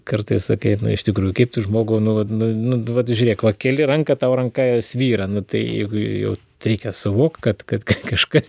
kartais sakai nu iš tikrųjų kaip tu žmogau nu nu vat žiūrėk va keli ranką tau ranka svyra nu tai jau reikia suvokt kad kad kažkas